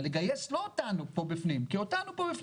ולגייס לא אותנו פה בפנים אלא אותנו פה,